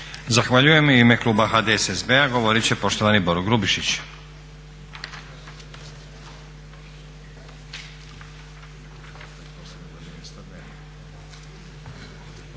Zahvaljujem. U ime kluba HDSSB-a govoriti će poštovani Boro Grubišić.